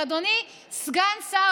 אדוני סגן שר